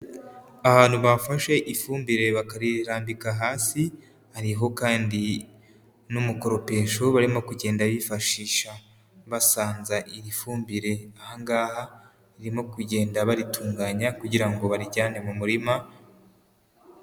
Ahantu bafashe ifumbire bakarirambika hasi, hariho kandi n'umukoropesho barimo kugenda bifashisha basanza iri fumbire, aha ngaha barimo kugenda baritunganya kugira ngo barijyane mu murima.